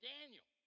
Daniel